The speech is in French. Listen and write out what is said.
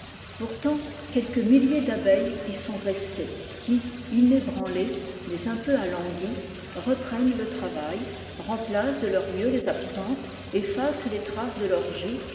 pourtant quelques mild'abeilles y sont restées qui inébranlées un peu alanguies reprennent le travail remplacent de leur mieux les absentes effacent les traces de l'orgie